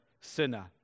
sinner